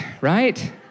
right